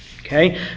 Okay